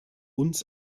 uns